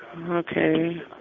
Okay